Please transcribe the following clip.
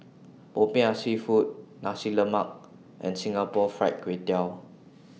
Popiah Seafood Nasi Lemak and Singapore Fried Kway Tiao